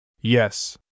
Yes